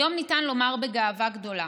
היום ניתן לומר בגאווה גדולה: